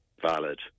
valid